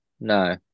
No